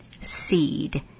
seed